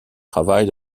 travaillent